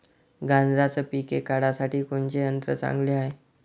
गांजराचं पिके काढासाठी कोनचे यंत्र चांगले हाय?